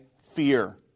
fear